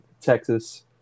Texas